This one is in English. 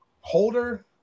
holder